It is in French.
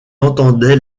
entendait